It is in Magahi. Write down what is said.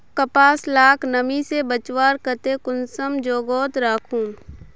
कपास लाक नमी से बचवार केते कुंसम जोगोत राखुम?